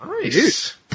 Nice